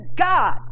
God